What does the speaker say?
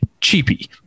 cheapy